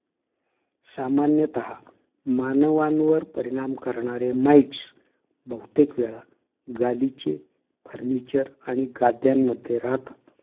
सामान्यतः मानवांवर परिणाम करणारे माइटस बहुतेक वेळा गालिचे, फर्निचर आणि गाद्यांमध्ये रहातात